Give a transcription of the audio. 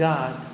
God